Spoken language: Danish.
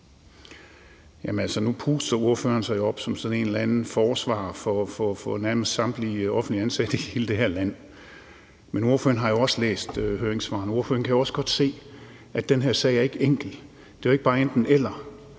en eller anden forsvarer for nærmest samtlige offentligt ansatte i hele det her land, men ordføreren har jo også læst høringssvarene, og ordføreren kan også godt se, at den her sag ikke er enkel. Det er ikke bare enten-eller,